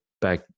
back